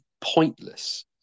pointless